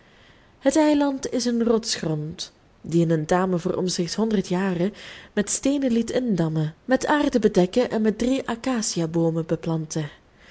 het eiland is een rotsgrond dien een dame voor omstreeks honderd jaren met steenen liet indammen met aarde bedekken en met drie acaciaboomen beplanten